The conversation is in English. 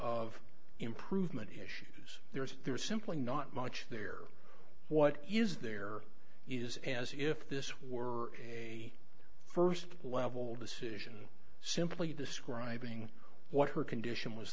of improvement issues there's there's simply not much there what is there is as if this were a st level decision simply describing what her condition was